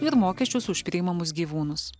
ir mokesčius už priimamus gyvūnus